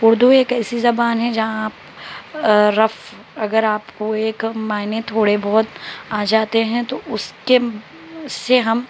اردو ایک ایسی زبان ہے جہاں آپ رف اگر آپ کو ایک معنے تھوڑے بہت آ جاتے ہیں تو اس کے اس سے ہم